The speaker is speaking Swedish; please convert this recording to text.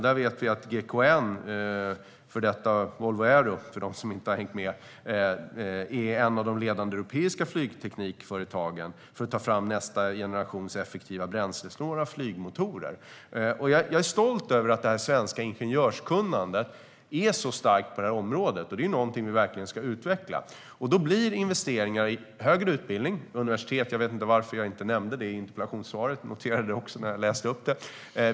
Där vet vi att GKN - före detta Volvo Aero, för dem som inte har hängt med - är ett av de ledande europeiska flygteknikföretagen för att ta fram nästa generations effektiva och bränslesnåla flygmotorer. Jag är stolt över att det svenska ingenjörskunnandet är så starkt på området. Det är någonting vi verkligen ska utveckla. Det handlar om investeringar i högre utbildning och universitet. Jag vet inte varför jag inte nämnde det i interpellationssvaret. Jag noterade det också när jag läste upp det.